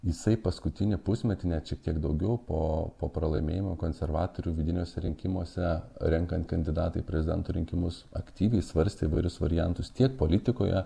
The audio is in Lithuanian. jisai paskutinį pusmetį net šiek tiek daugiau po po pralaimėjimo konservatorių vidiniuose rinkimuose renkant kandidatą į prezidento rinkimus aktyviai svarstė įvairius variantus tiek politikoje